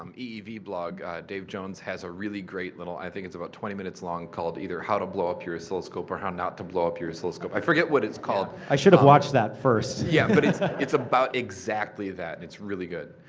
um eevblog, dave jones has a really great little, i think it's about twenty minutes long, called either how to blow up your oscilloscope, or how not to blow up your oscilloscope. i forget what it's called. i should've watched that first. yeah but ah its about exactly that, and it's really good.